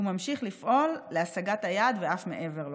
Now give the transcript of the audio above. וממשיך לפעול להשגת היעד ואף מעבר לו.